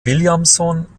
williamson